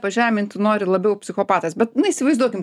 pažeminti nori labiau psichopatas bet įsivaizduokim